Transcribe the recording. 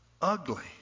ugly